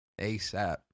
ASAP